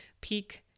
peak